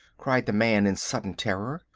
cried the man in sudden terror.